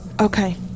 Okay